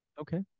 okay